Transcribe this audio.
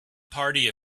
party